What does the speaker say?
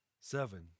seven